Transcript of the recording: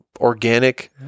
organic